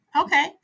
okay